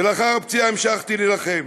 ולאחר הפציעה המשכתי להילחם.